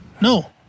no